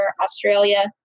Australia